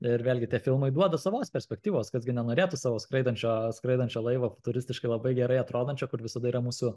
ir vėlgi tie filmai duoda savos perspektyvos kas gi nenorėtų savo skraidančio skraidančio laivo futuristiškai labai gerai atrodančio kur visada yra mūsų